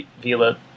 vila